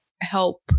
help